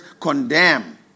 condemn